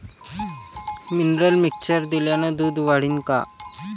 Mineral mixture दिल्यानं दूध वाढीनं का?